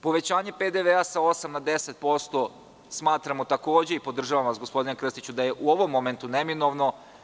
Povećanje PDV sa 8% na 10% smatramo takođe, i podržavamo vas gospodine Krstiću, da je u ovom momentu neminovno.